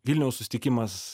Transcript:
vilniaus susitikimas